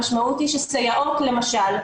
המשמעות היא שסייעות למשל,